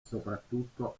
soprattutto